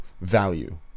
value